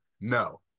no